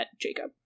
Jacob